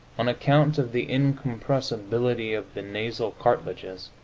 on account of the incompressibility of the nasal cartilages,